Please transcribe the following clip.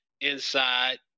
inside